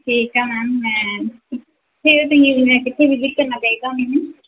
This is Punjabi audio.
ਠੀਕ ਹੈ ਮੈਮ ਮੈਂ ਫੇਰ ਕਿੱਥੇ ਵਿਜਿਟ ਕਰਨਾ ਚਾਹੀਦਾ ਮੈਨੂੰ